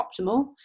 optimal